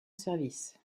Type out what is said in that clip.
service